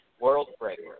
world-breaker